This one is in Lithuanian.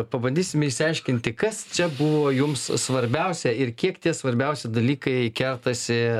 pabandysime išsiaiškinti kas čia buvo jums svarbiausia ir kiek tie svarbiausi dalykai kertasi